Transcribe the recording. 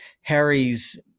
harry's